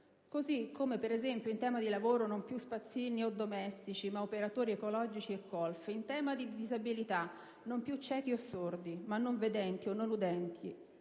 Così come per esempio in tema di lavoro non più spazzini o domestici, ma operatori ecologici e colf, in tema di disabilità non più ciechi o sordi, ma non vedenti o non udenti